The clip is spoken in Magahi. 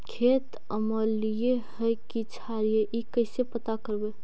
खेत अमलिए है कि क्षारिए इ कैसे पता करबै?